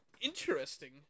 interesting